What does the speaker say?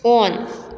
on